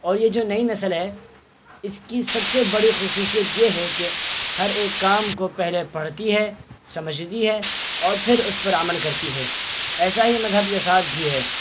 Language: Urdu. اور یہ جو نئی نسل ہے اس کی سب سے بڑی خصوصیت یہ ہے کہ ہر ایک کام کو پہلے پڑھتی ہے سمجھتی ہے اور پھر اس پر عمل کرتی ہے ایسا ہی مذہب کے ساتھ بھی ہے